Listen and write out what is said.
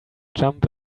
jump